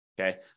Okay